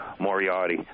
Moriarty